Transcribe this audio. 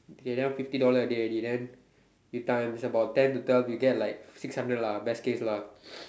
okay that one fifty dollar a day already then you times about ten to twelve you get like six hundred lah best case lah